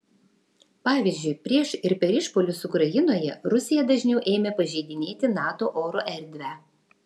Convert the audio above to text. pavyzdžiui prieš ir per išpuolius ukrainoje rusija dažniau ėmė pažeidinėti nato oro erdvę